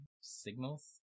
signals